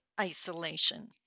Isolation